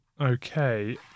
Okay